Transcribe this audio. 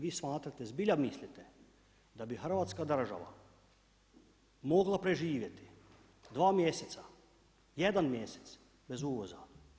Vi smatrate, zbilja mislite da bi Hrvatska država mogla preživjeti dva mjeseca, jedan mjesec bez uvoza?